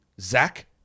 Zach